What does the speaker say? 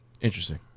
Interesting